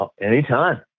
Anytime